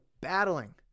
battling